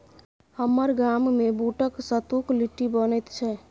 हमर गाममे बूटक सत्तुक लिट्टी बनैत छै